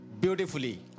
beautifully